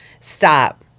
stop